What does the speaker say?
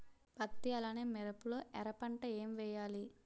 పత్తి అలానే మిరప లో ఎర పంట ఏం వేయాలి?